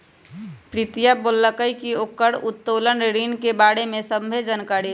प्रीतिया बोललकई कि ओकरा उत्तोलन ऋण के बारे में सभ्भे जानकारी हई